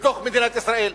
בתוך מדינת ישראל.